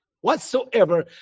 whatsoever